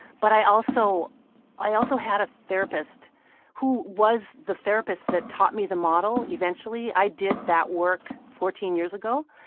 but i also i also had a therapist who was the therapist that taught me the model, eventually. i did that work fourteen years ago.